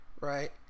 Right